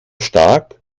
stark